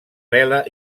vela